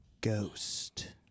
ghost